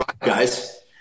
Guys